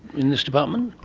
in this department?